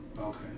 Okay